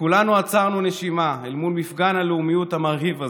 כולנו עצרנו נשימה אל מול מפגן הלאומיות המרהיב הזה.